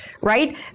right